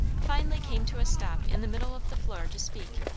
finally came to a stop in the middle of the floor to speak.